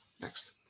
Next